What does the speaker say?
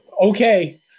Okay